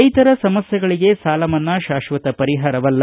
ರೈತರ ಸಮಸ್ಯೆಗಳಿಗೆ ಸಾಲ ಮನ್ನಾ ಶಾಶ್ವತ ಪರಿಹಾರವಲ್ಲ